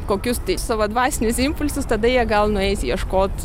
kokius savo dvasinius impulsus tada jie gal nueis ieškot